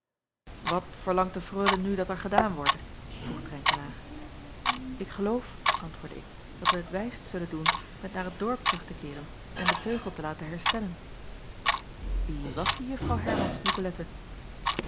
at verlangt de reule nu dat er gedaan worde vroeg renkelaer k geloof antwoordde ik dat wij t wijst zullen doen met naar t dorp terug te keeren en den teugel te laten herstellen ie was die uffrouw ermans icolette